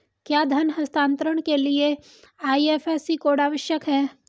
क्या धन हस्तांतरण के लिए आई.एफ.एस.सी कोड आवश्यक है?